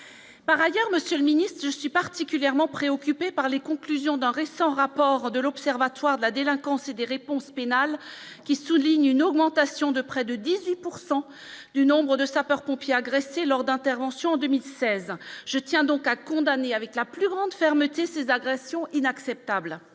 par ailleurs, Monsieur le Ministre, je suis particulièrement préoccupé par les conclusions d'un récent rapport de l'Observatoire de la délinquance et des réponses pénales qui souligne une augmentation de près de 18 pourcent du nombre de sapeurs-pompiers agressés lors d'interventions en 2016 je tiens donc à condamner avec la plus grande fermeté ces agressions inacceptables